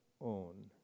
own